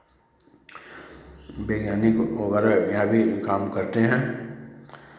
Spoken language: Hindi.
वैज्ञानिक वगैरह यहाँ भी काम करते हैं